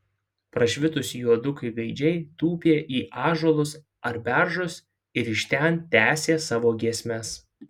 prašvitus juodukai gaidžiai tūpė į ąžuolus ar beržus ir iš ten tęsė savo giesmes